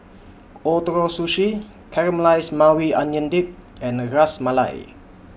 Ootoro Sushi Caramelized Maui Onion Dip and Ras Malai